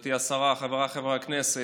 גברתי השרה, חבריי חברי הכנסת,